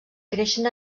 creixen